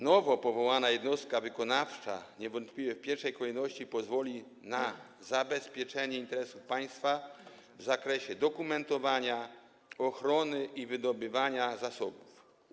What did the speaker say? Nowo powołana jednostka wykonawcza niewątpliwie w pierwszej kolejności pozwoli na zabezpieczenie interesów państwa w zakresie dokumentowania, ochrony i wydobywania zasobów.